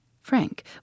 Frank